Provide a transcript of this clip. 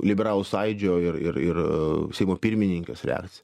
liberalų sąjūdžio ir ir ir a seimo pirmininkės reakcija